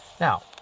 Now